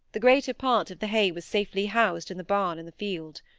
the greater part of the hay was safely housed in the barn in the field.